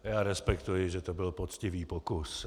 Já respektuji, že to byl poctivý pokus.